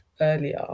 earlier